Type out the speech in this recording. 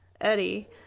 Eddie